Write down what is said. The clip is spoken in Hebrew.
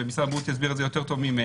ומשרד הבריאות יסביר את זה טוב ממני,